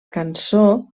cançó